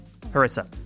Harissa